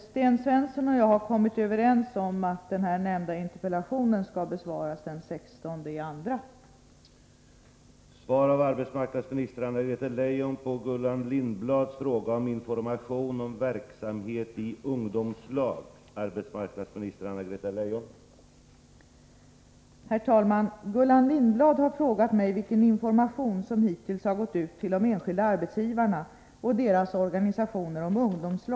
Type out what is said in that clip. Sten Svensson och jag har kommit överens om att den | nämnda interpellationen skall besvaras den 16 februari 1984.